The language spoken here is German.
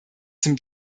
zum